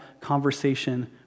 conversation